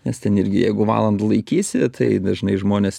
nes ten irgi jeigu valandą laikysi tai dažnai žmonės